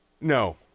No